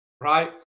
right